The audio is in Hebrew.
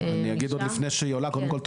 אני אגיד עוד לפני שהיא עולה קודם כל,